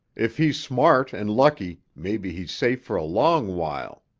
if he's smart and lucky, maybe he's safe for a long while.